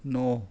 ਨੌਂ